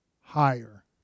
higher